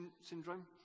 syndrome